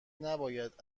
نباید